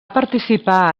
participar